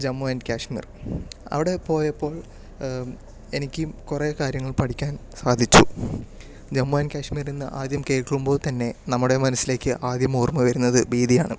Jammu and Kashmir അവിടെ പോയപ്പോൾ എനിക്ക് കുറെ കാര്യങ്ങൾ പഠിക്കാൻ സാധിച്ചു ജമ്മു ആൻഡ് കശ്മീർ എന്ന് ആദ്യം കേൾക്കുമ്പോൾ തന്നെ നമ്മുടെ മനസ്സിലേക്ക് ആദ്യം ഓർമ്മ വരുന്നത് ഭീതിയാണ്